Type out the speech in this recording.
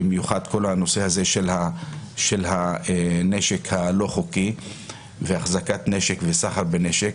במיוחד כל הנושא הזה של הנשק הלא-חוקי והחזקת נשק וסחר בנשק,